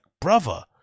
brother